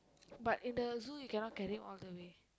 but in the zoo you cannot carry all the way